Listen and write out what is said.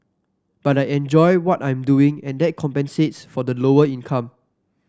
but I enjoy what I'm doing and that compensates for the lower income